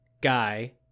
guy